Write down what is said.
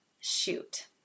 shoot